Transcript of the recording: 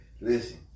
listen